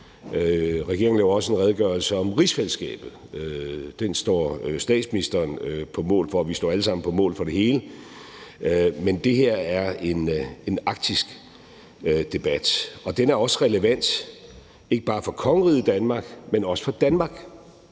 Regeringen laver også en redegørelse om rigsfællesskabet. Den står statsministeren på mål for. Vi står alle sammen på mål for det hele. Men det her er en arktisk debat, og den er også relevant for ikke bare kongeriget Danmark, men også for Danmark,